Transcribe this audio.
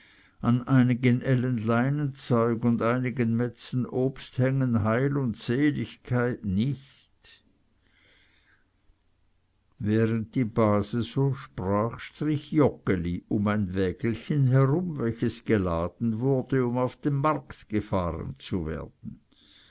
an einigen ellen leinenzeug und einigen metzen obst hängen heil und seligkeit nicht während die base so sprach strich joggeli um ein wägelchen herum welches geladen wurde um auf den markt gefahren zu werden